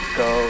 go